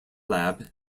lab